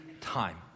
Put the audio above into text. time